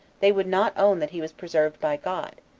they would not own that he was preserved by god,